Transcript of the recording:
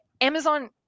Amazon